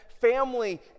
family